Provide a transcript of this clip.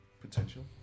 potential